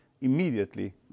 immediately